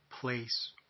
place